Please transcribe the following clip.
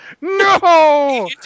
No